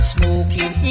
Smoking